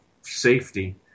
safety